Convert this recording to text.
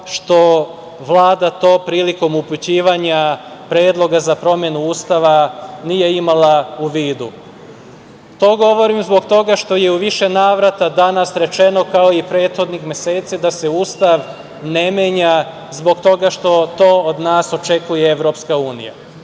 što Vlada tom prilikom upućivanja predloga za promenu Ustava nije imala u vidu. To govorim zbog toga što je u više navrata danas rečeno, kao i prethodnih meseci, da se Ustav ne menja zbog toga što to od nas očekuje EU. To je